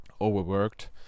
overworked